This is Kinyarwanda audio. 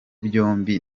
byombi